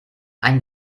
ein